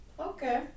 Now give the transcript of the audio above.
Okay